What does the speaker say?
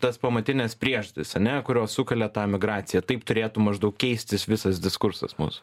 tas pamatines priežastis ane kurios sukelia tą migraciją taip turėtų maždaug keistis visas diskursas mūsų